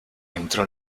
entró